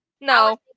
no